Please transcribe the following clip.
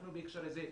אנחנו בהקשר הזה,